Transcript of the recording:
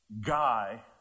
guy